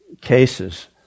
cases